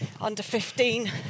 under-15